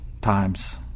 times